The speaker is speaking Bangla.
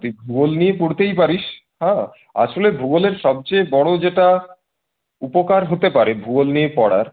তুই ভূগোল নিয়ে পড়তেই পারিস হ্যাঁ আসলে ভূগোলের সবচেয়ে বড় যেটা উপকার হতে পারে ভূগোল নিয়ে পড়ার